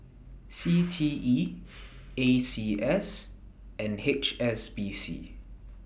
C T E A C S and H S B C